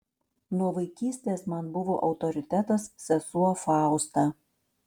nuo vaikystės man buvo autoritetas sesuo fausta